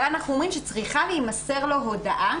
אבל אנחנו אומרים שצריכה להימסר לו הודעה